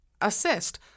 assist